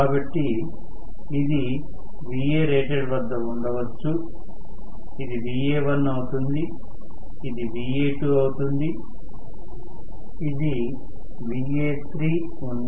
కాబట్టి ఇది Varated వద్ద ఉండవచ్చు ఇది Va1అవుతుంది ఇది Va2 అవుతుంది ఇది Va3 ఉంది